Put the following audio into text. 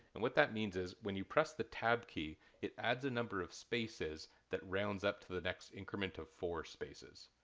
and what that means is when you press the tab key it adds a number of spaces that rounds up to the next increment of four spaces.